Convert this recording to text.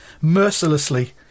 mercilessly